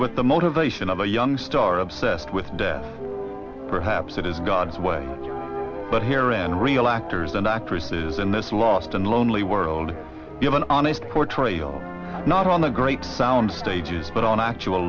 with the motivation of a young star obsessed with death perhaps it is god's way but here in real actors and actresses in this lost and lonely world give an honest portrayal not on the great sound stages but on actual